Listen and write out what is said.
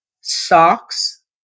socks